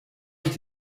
ich